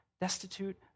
destitute